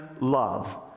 love